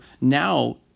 now